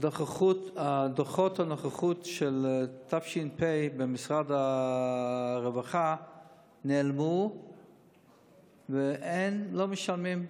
דוחות הנוכחות של תש"ף במשרד הרווחה נעלמו ולא משלמים.